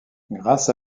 grâce